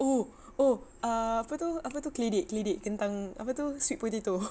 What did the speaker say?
oh oh ah apa tu apa tu keledek kentang apa tu sweet potato